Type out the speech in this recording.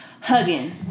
hugging